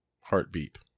heartbeat